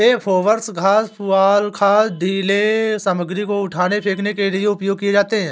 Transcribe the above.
हे फोर्कव घास, पुआल, खाद, ढ़ीले सामग्री को उठाने, फेंकने के लिए उपयोग किए जाते हैं